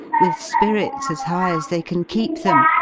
with spirits as high as they can keep them,